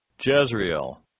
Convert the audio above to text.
Jezreel